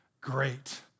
great